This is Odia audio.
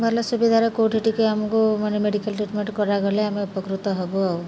ଭଲ ସୁବିଧାରେ କେଉଁଠି ଟିକେ ଆମକୁ ମାନେ ମେଡ଼ିକାଲ୍ ଟ୍ରିଟମେଣ୍ଟ୍ କରାଗଲେ ଆମେ ଉପକୃତ ହବୁ ଆଉ